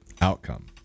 Outcome